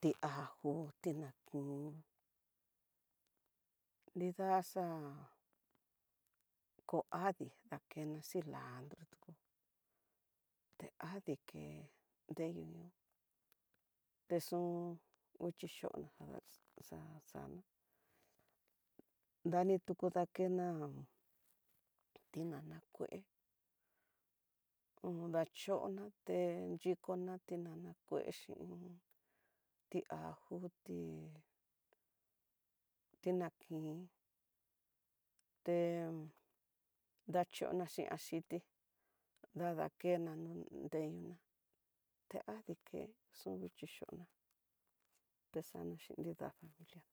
ti ajo, tinankin nidaxá ko adii dakena cilandro, te adii ke nreyunu te xun kuxhixhona ada xaxana, dani tuku dakena tinana kue un dachona té, xhikona tinana kue xhin ti ajo ti ti nankin té dachona xhin aciti dadakena nreyuna, adii ke xunkuchixhona kexana xhin nida familiana.